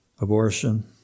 abortion